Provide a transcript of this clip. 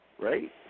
right